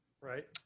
Right